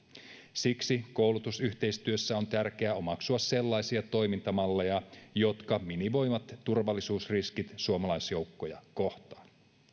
siksi koulutusyhteistyössä on tärkeää omaksua sellaisia toimintamalleja jotka minimoivat turvallisuusriskit suomalaisjoukkoja kohtaan